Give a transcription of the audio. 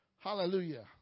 Hallelujah